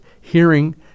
hearing